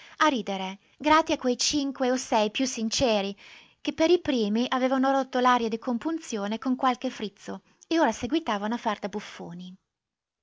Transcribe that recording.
a ridere grati a quei cinque o sei più sinceri che per i primi avevano rotto l'aria di compunzione con qualche frizzo e ora seguitavano a far da buffoni